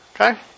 Okay